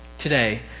Today